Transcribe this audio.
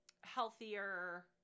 healthier